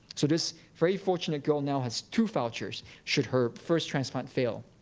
so this very fortunate girl now has two vouchers should her first transplant fail.